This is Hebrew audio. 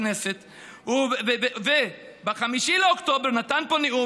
לכנסת וב-5 לאוקטובר נתן פה נאום,